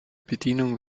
bedienung